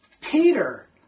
Peter